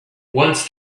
once